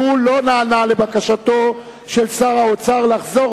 הוא לא נענה לבקשתו של שר האוצר לחזור